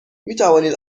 میتوانید